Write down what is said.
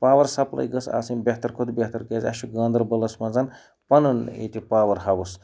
power supply گٔژھ آسٕنۍ بہتر کھۄتہٕ بہتر کیٛازِ اَسہِ چھُ گاندَربَلَس منٛز پَنُن ییٚتہِ پاوَر ہاوُس